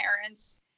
parents